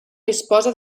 disposa